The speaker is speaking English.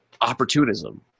opportunism